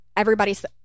Everybody's